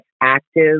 active